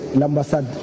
l'ambassade